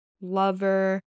lover